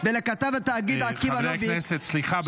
ולכתב התאגיד עקיבא נוביק -- חברי הכנסת סליחה,